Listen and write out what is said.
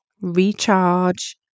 recharge